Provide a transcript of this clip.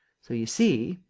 so you see.